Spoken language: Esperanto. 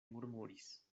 murmuris